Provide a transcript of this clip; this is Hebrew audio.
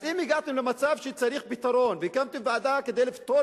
אז אם הגעתם למצב שצריך פתרון והקמתם ועדה כדי לפתור